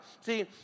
See